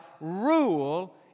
rule